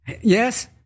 Yes